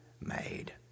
made